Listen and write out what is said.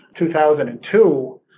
2002